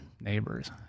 neighbors